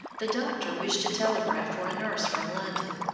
the doctor wished to telegraph for a nurse from london,